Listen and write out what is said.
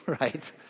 Right